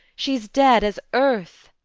she's dead as earth.